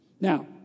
Now